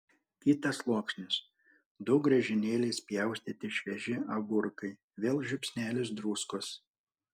kitas sluoksnis du griežinėliais pjaustyti švieži agurkai vėl žiupsnelis druskos